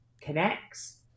connects